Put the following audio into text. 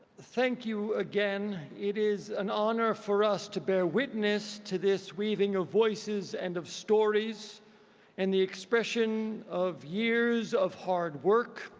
thank you again. it is an honor for us to bear witness to this weaving of voices and of stories and the expression years of hard work,